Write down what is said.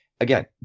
again